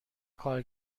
کار